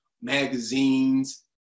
magazines